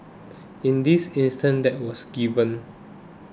in this instance that was given